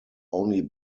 only